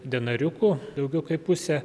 denariukų daugiau kaip pusė